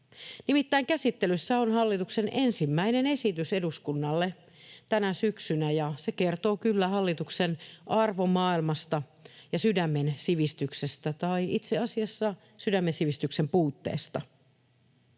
Nimittäin käsittelyssä on hallituksen ensimmäinen esitys eduskunnalle tänä syksynä, ja se kertoo kyllä hallituksen arvomaailmasta ja sydämen sivistyksestä, tai itse asiassa sydämen sivistyksen puutteesta.